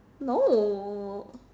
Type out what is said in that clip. no